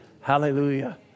Hallelujah